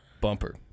Bumper